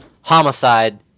Homicide